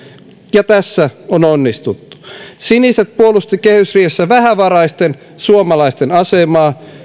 ja tässä on onnistuttu siniset puolustivat kehysriihessä vähävaraisten suomalaisten asemaa